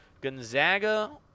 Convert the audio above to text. Gonzaga